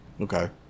Okay